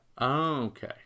Okay